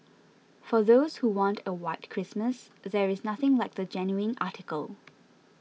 for those who want a white Christmas there is nothing like the genuine article